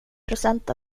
procent